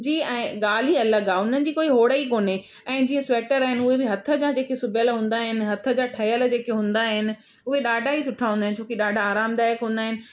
जी ऐं ॻाल्हि ई अलॻि आहे उन्हनि जी को होड़ ई कोन्हे ऐं जीअं स्वेटर आहिनि उहे बि हथ जा जेके सिबियल हूंदा आहिनि हथ जा ठहियल जेके हूंदा आहिनि उहे ॾाढा ई सुठा हूंदा आहिनि छोकी ॾाढा आरामदायक हूंदा आहिनि